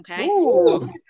Okay